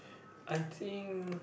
I think